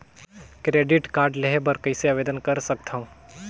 Credit card लेहे बर कइसे आवेदन कर सकथव?